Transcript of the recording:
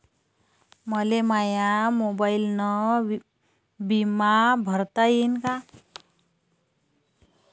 मले माया मोबाईलनं बिमा भरता येईन का?